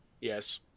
Yes